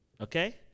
okay